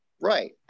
Right